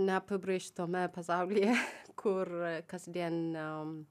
neapibrėžtame pasaulyje kur kasdien